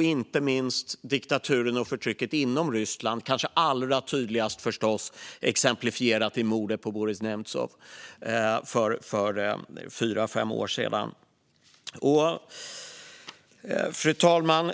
Inte minst handlar det om diktaturen och förtrycket inom Ryssland, kanske allra tydligast exemplifierat i mordet på Boris Nemtsov för fyra fem år sedan. Fru talman!